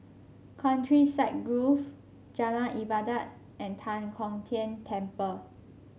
Countryside Grove Jalan Ibadat and Tan Kong Tian Temple